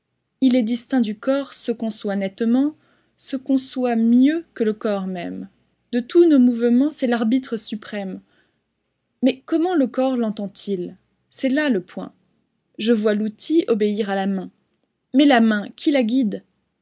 il est distinct du corps se conçoit nettement se conçoit mieux que le corps même de tous nos mouvements c'est l'arbitre suprême mais comment le corps lentend il c'est là le point je vois l'outil obéir à la main mais la main qui la guide